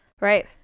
right